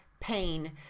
pain